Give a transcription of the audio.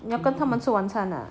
你要跟他们吃晚餐